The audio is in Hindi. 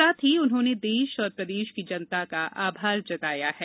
साथ ही उन्होंने देश और प्रदेश की जनता का आभार जताया है